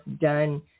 done